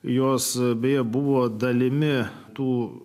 jos beje buvo dalimi tų